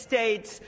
States